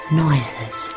noises